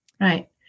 right